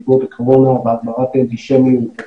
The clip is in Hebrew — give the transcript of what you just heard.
בעקבות הקורונה והגברת האנטישמיות,